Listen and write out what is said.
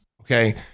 Okay